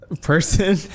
person